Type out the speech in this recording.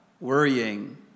worrying